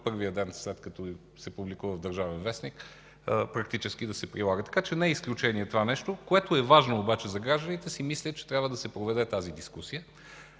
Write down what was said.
първия ден, след като се публикува в „Държавен вестник”, практически да се прилага. Така че не е изключение това нещо. Това, което обаче е важно за гражданите, си мисля, е, че трябва да се проведе тази дискусия.